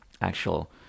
actual